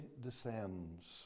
descends